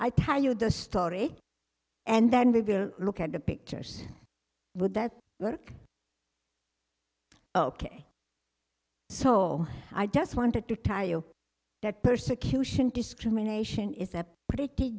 i tell you the story and then we look at the pictures would that work ok sol i just wanted to tell you that persecution discrimination is a pretty